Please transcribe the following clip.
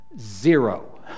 Zero